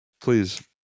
please